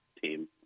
team